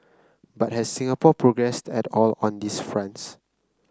but has Singapore progressed at all on these fronts